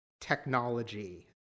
technology